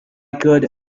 could